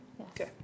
Okay